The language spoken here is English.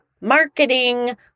marketing